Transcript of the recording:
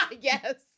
yes